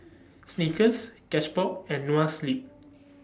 Snickers Cashbox and Noa Sleep